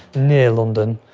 near london,